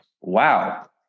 wow